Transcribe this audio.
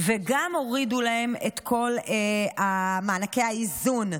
וגם הורידו להם את כל מענקי האיזון.